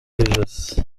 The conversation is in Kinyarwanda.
ijosi